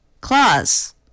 claws